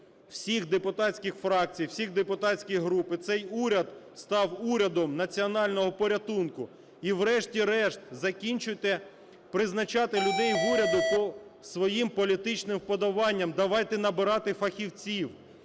всіх депутатських фракцій, всіх депутатських груп і цей уряд став урядом національного порятунку. І, врешті-решт, закінчуйте призначати людей в уряд по своїм політичним вподобанням. Давайте набирати фахівців.